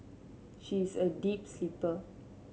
she is a deep sleeper